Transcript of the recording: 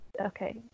Okay